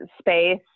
space